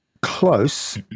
close